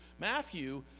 Matthew